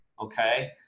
Okay